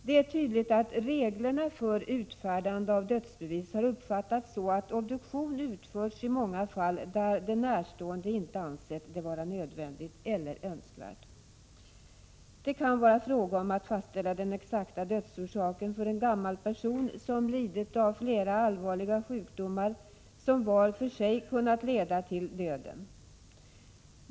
Det är tydligt att reglerna för utfärdande av dödsbevis har uppfattats så att obduktion utförts i många fall där de närstående inte ansett det vara nödvändigt eller önskvärt. Det kan vara fråga om att fastställa den exakta dödsorsaken för en gammal person som lidit av flera allvarliga sjukdomar, som var för sig kunnat leda till döden.